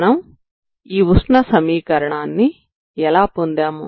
మనం ఈ ఉష్ణ సమీకరణాన్ని ఎలా పొందాము